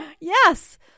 Yes